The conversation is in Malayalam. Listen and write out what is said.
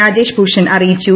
രാജേഷ് ഭൂഷൺ അറിയിച്ചു